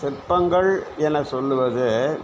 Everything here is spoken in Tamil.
சிற்பங்கள் என சொல்லுவது